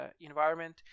environment